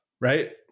right